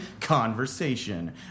conversation